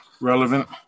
relevant